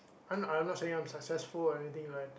I I'm not saying I'm successful or anything like